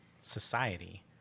society